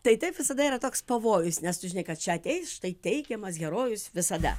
tai taip visada yra toks pavojus nes tu žinai kad čia ateis štai teigiamas herojus visada